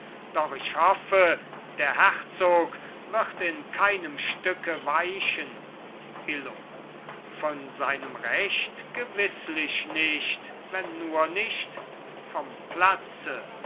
doch ich hoffe der herzog wird in keinem stücke weichen illo von seinem recht gewißlich nicht wenn nur nicht vom platze